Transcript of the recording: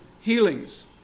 healings